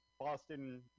Boston